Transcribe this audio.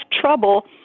trouble